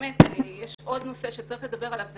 יש עוד נושא שצריך לדבר עליו וזה